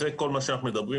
אחרי כל מה שאנחנו מדברים,